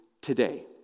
today